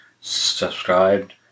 subscribed